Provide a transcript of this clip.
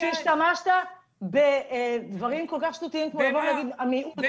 -- כשהשתמשת בדברים כל כך שטותיים כמו להגיד שאנחנו המיעוט.